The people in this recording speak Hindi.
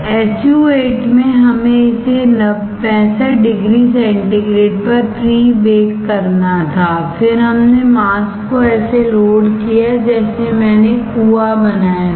SU 8 में हमें इसे 65 डिग्री सेंटीग्रेड पर प्री बेककरना था फिर हमने मास्क को ऐसे लोड किया जैसे मैंने कुआं बनाया था